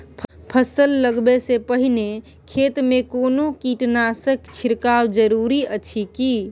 फसल लगबै से पहिने खेत मे कोनो कीटनासक छिरकाव जरूरी अछि की?